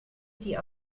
die